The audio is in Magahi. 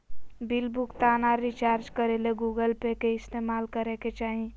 बिल भुगतान आर रिचार्ज करे ले गूगल पे के इस्तेमाल करय के चाही